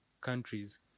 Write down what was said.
countries